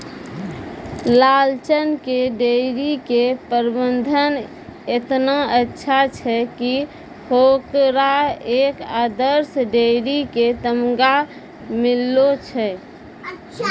लालचन के डेयरी के प्रबंधन एतना अच्छा छै कि होकरा एक आदर्श डेयरी के तमगा मिललो छै